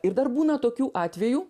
ir dar būna tokių atvejų